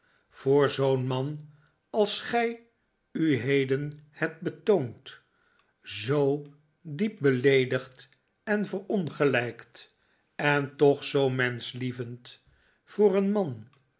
voor zoo'n man als gij u heden hebt betoond zoo diep beleedigd en verongelijkt en toch zoo menschlievend voor een man